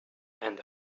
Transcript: and